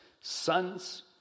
sons